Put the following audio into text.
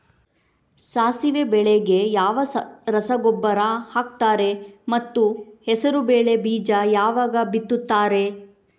ಸಾಸಿವೆ ಬೆಳೆಗೆ ಯಾವ ರಸಗೊಬ್ಬರ ಹಾಕ್ತಾರೆ ಮತ್ತು ಹೆಸರುಬೇಳೆ ಬೀಜ ಯಾವಾಗ ಬಿತ್ತುತ್ತಾರೆ?